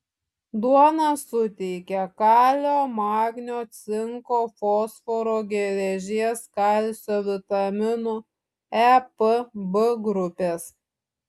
duona suteikia kalio magnio cinko fosforo geležies kalcio vitaminų e p b grupės